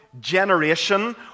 generation